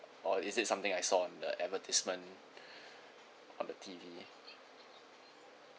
or is it something I saw on the advertisement on the T_V